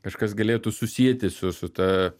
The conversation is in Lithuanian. kažkas galėtų susieti su su ta